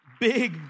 big